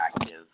active